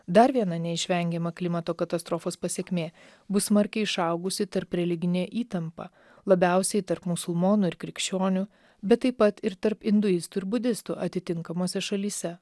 dar viena neišvengiama klimato katastrofos pasekmė bus smarkiai išaugusi tarp religinė įtampa labiausiai tarp musulmonų ir krikščionių bet taip pat ir tarp induistų ir budistų atitinkamose šalyse